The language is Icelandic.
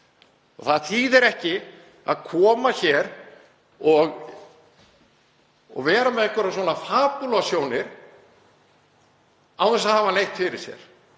Það þýðir ekki að koma hingað og vera með einhverjar fabúlasjónir án þess að hafa neitt fyrir sér,